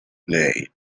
play